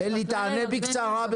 אלי, תענה בקצרה.